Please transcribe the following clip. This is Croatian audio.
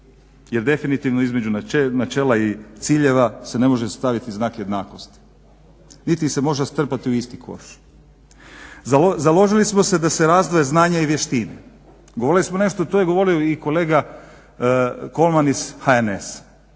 jer definitivno između načela i ciljeva se ne može staviti znak jednakosti, niti se može strpati u isti koš. Založili smo se da se razdvoje znanja i vještine. Govorili smo nešto to je govorio i kolega Kolman iz HNS-a